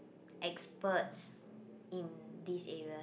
experts in these areas